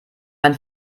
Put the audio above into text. mein